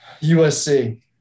USC